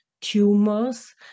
tumors